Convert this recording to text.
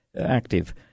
active